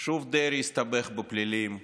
שוב דרעי הסתבך בפלילים,